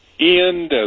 Ian